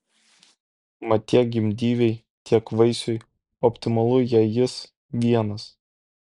mat tiek gimdyvei tiek vaisiui optimalu jei jis vienas